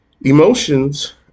Emotions